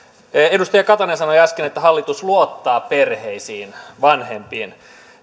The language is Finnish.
edustaja katainen sanoi äsken että hallitus luottaa perheisiin vanhempiin